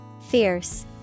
Fierce